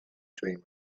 dream